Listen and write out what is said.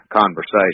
conversation